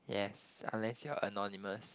yes unless you are anonymous